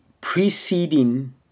preceding